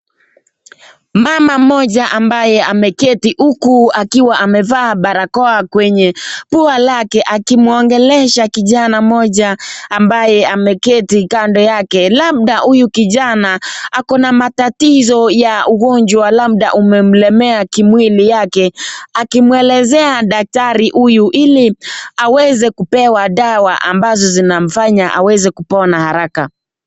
Mama moja ambaye ameketi huku akiwa amevaa barakoa kwenye pua lake akimwongelesha kijana moja ambaye ameketi kando yake. Labda huyu kijana ako na matatizo ya ugonjwa labda umemlemea kimwili yake akimwelezea daktari huyu ili aweze kupewa dawa ambazo zinamafanya aweze kupona haraka.